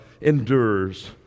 endures